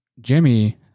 Jimmy